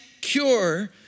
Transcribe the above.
cure